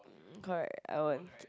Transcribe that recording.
correct I want